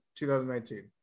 2019